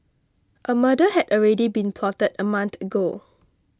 a murder had already been plotted a month ago